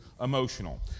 emotional